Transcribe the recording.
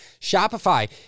Shopify